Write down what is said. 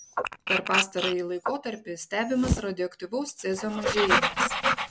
per pastarąjį laikotarpį stebimas radioaktyvaus cezio mažėjimas